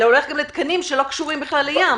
אלא הוא הולך גם לתקנים שלא קשורים בכלל לים,